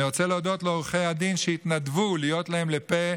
אני רוצה להודות לעורכי הדין שהתנדבו להיות להם לפה,